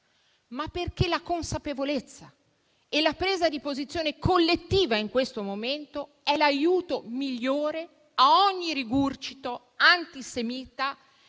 ma perché la consapevolezza e la presa di posizione collettiva in questo momento è solo l'aiuto migliore a ogni rigurgito antisemita